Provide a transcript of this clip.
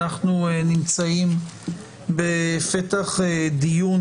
אנחנו נמצאים בפתח דיון